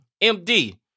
MD